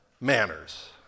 manners